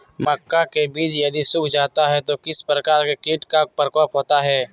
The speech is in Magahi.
मक्का के बिज यदि सुख जाता है तो किस प्रकार के कीट का प्रकोप होता है?